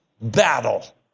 battle